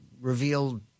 revealed –